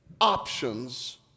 options